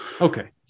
Okay